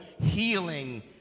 healing